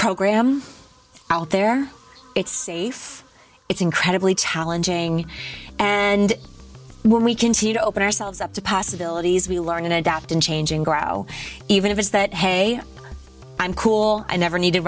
program out there it's safe it's incredibly challenging and when we continue to open ourselves up to possibilities we learn and adapt and change and grow even if it's that hey i'm cool i never need